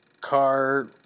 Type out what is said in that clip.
car